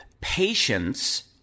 patience